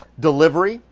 delivery.